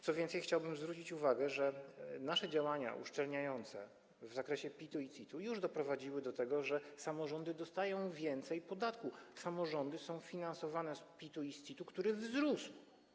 Co więcej, chciałbym zwrócić uwagę, że nasze działania uszczelniające w zakresie PIT-u i CIT-u już doprowadziły do tego, że samorządy dostają więcej podatku, samorządy są finansowane z PIT-u i z CIT-u, który wzrósł.